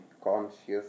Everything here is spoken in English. conscious